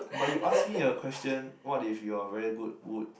but you ask me a question what if you are very good wood